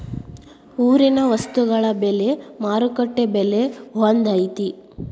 ಊರಿನ ವಸ್ತುಗಳ ಬೆಲೆ ಮಾರುಕಟ್ಟೆ ಬೆಲೆ ಒಂದ್ ಐತಿ?